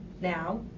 Now